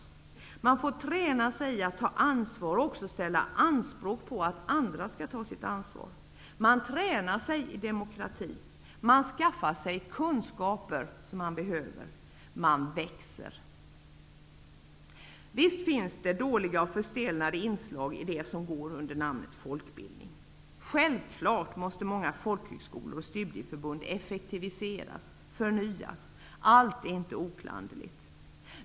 Man får träna sig i att ta ansvar och ställa anspråk på att andra skall ta ansvar. Man tränar sig i demokrati. Man skaffar sig kunskaper som man behöver. Man växer. Visst finns det dåliga och förstelnade inslag i det som går under namnet folkbildning. Självklart måste många folkhögskolor och studieförbund effektiviseras och förnyas. Allt är inte oklanderligt.